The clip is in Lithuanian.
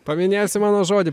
paminėsi mano žodį